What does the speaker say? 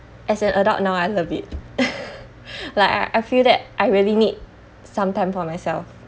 as an adult now I love it like I I feel that I really need some time for myself